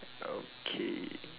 okay